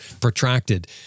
protracted